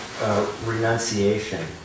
renunciation